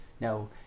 no